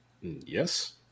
Yes